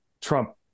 Trump